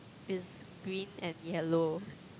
is green and yellow